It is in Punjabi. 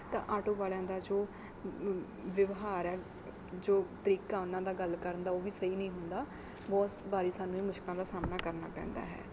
ਤਾਂ ਆਟੋ ਵਾਲਿਆਂ ਦਾ ਜੋ ਵਿਵਹਾਰ ਹੈ ਜੋ ਤਰੀਕਾ ਉਹਨਾਂ ਦਾ ਗੱਲ ਕਰਨ ਦਾ ਉਹ ਵੀ ਸਹੀ ਨਹੀਂ ਹੁੰਦਾ ਬਹੁਤ ਵਾਰ ਸਾਨੂੰ ਇਹ ਮੁਸ਼ਕਿਲਾਂ ਦਾ ਸਾਹਮਣਾ ਕਰਨਾ ਪੈਂਦਾ ਹੈ